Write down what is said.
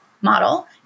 model